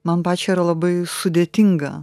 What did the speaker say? man pačiai yra labai sudėtinga